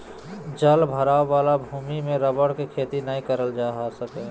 जल भराव वाला भूमि में रबर के खेती नय करल जा सका हइ